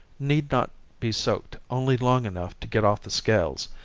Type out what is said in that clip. need not be soaked only long enough to get off the scales,